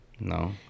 no